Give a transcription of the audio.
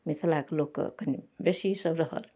मिथिलाके लोकके कनी बेसी ई सब रहल